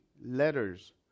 letters